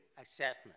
assessment